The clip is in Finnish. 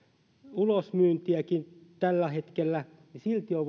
ulosmyyntiäkin tällä hetkellä niin silti on